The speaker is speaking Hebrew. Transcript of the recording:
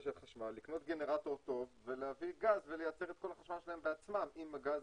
לקנות גנרטור טוב ולהביא גז ולייצר את כל החשמל שלהם בעצמם עם הגז.